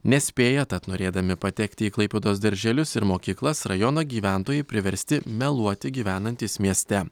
nespėja tad norėdami patekti į klaipėdos darželius ir mokyklas rajono gyventojai priversti meluoti gyvenantys mieste